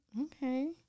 Okay